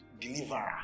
deliverer